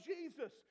Jesus